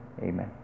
Amen